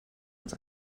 uns